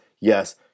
Yes